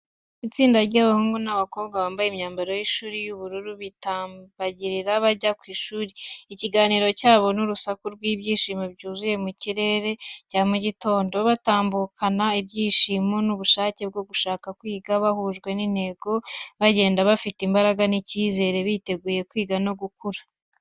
Itsinda ry'abahungu n’abakobwa bambaye imyambaro y’ishuri y’ubururu batambagira bajya ku ishuri. Ikiganiro cyabo n’urusaku rw’ibyishimo byuzuye mu kirere cya mu gitondo, batambukana ibyishimo n'ubushake bwo gushaka kwiga, bahujwe n’intego, bagenda bafite imbaraga n’icyizere, biteguye kwiga no gukura.